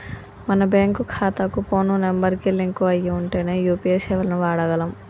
మన బ్యేంకు ఖాతాకి phone number కి లింక్ అయ్యి ఉంటేనే యూ.పీ.ఐ సేవలను వాడగలం